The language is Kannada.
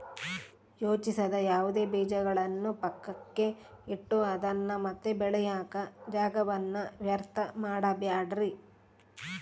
ಯೋಜಿಸದ ಯಾವುದೇ ಬೀಜಗಳನ್ನು ಪಕ್ಕಕ್ಕೆ ಇಟ್ಟು ಅದನ್ನ ಮತ್ತೆ ಬೆಳೆಯಾಕ ಜಾಗವನ್ನ ವ್ಯರ್ಥ ಮಾಡಬ್ಯಾಡ್ರಿ